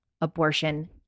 Abortion